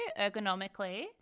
ergonomically